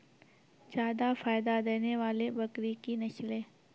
जादा फायदा देने वाले बकरी की नसले?